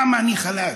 למה אני חלש,